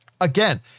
Again